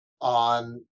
on